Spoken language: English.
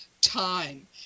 time